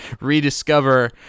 rediscover